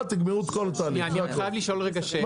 תגמרו את כל התהליך זה הכל -- יש לי רגע שאלה.